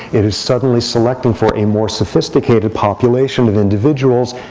it is suddenly selecting for a more sophisticated population of individuals.